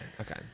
okay